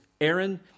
Aaron